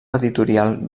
editorial